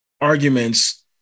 arguments